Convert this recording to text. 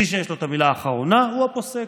מי שיש לו את המילה האחרונה הוא הפוסק,